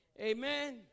amen